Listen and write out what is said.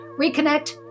reconnect